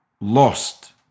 lost